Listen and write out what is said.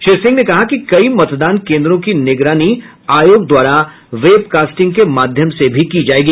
श्री सिंह ने कहा कि कई मतदान केन्द्रों की निगरानी आयोग द्वारा वेबकास्टिंग के माध्मय से की जायेगी